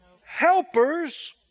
Helpers